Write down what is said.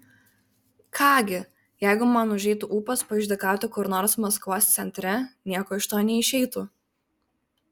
ką gi jeigu man užeitų ūpas paišdykauti kur nors maskvos centre nieko iš to neišeitų